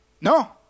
No